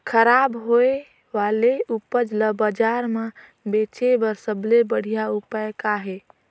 खराब होए वाले उपज ल बाजार म बेचे बर सबले बढ़िया उपाय का हे?